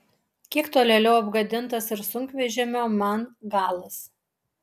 kiek tolėliau apgadintas ir sunkvežimio man galas